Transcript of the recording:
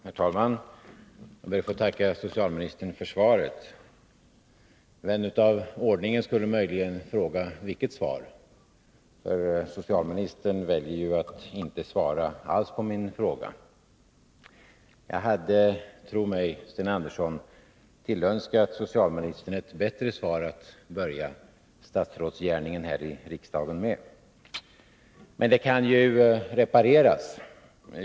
Herr talman! Jag ber att få tacka socialministern för svaret. Vän av ordning skulle möjligen fråga: Vilket svar? Socialministern väljer ju att inte svara alls på min fråga. Jag hade —tro mig, Sten Andersson! tillönskat socialministern ett bättre svar att börja statsrådsgärningen här i riksdagen med. Men det kan ju repareras.